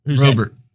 Robert